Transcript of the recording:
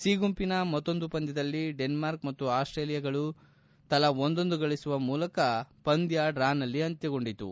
C ಗುಂಪಿನ ಮತ್ತೊಂದು ಪಂದ್ಯದಲ್ಲಿ ಡೆನ್ಕಾರ್ಕ್ ಮತ್ತು ಆಸ್ಟೇಲಿಯಾ ತಂಡಗಳು ತಲಾ ಒಂದೊಂದು ಗಳಿಸುವ ಮೂಲಕ ಪಂದ್ಯ ಡ್ರಾ ನಲ್ಲಿ ಅಂತ್ಯಗೊಂಡಿತು